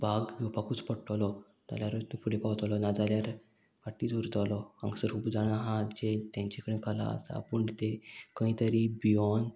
भाग घेवपाकूच पडटलो जाल्यारूच तो फुडें पावतलो नाजाल्यार फाटीत उरतलो हांगसर खूब जाणां आहा जें तेंचे कडेन कला आसा पूण ते खंय तरी भियोन